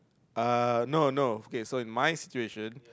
uh no no okay so in my situation